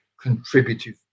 contributive